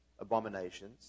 abominations